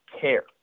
care